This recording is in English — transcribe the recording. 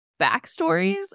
backstories